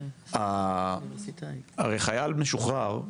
הרי חייל משוחרר,